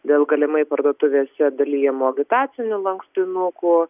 dėl galimai parduotuvėse dalijamų agitacinių lankstinukų